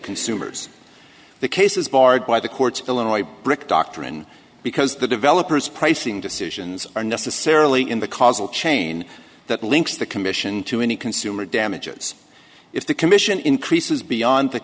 consumers the case is barred by the courts of illinois brick doctrine because the developers pricing decisions are necessarily in the causal chain that links the commission to any consumer damages if the commission increases beyond th